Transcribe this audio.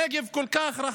הנגב כל כך רחב,